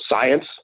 science